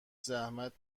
زحمت